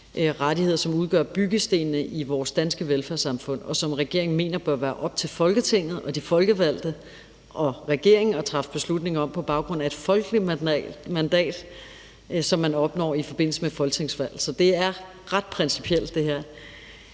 rettigheder, som udgør byggestenene i vores danske velfærdssamfund, og som regeringen det bør være op til Folketinget og de folkevalgte og regeringen at træffe beslutning om på baggrund af et folkeligt mandat, som man opnår i forbindelse med folketingsvalg. Så det er ret principielt, det her.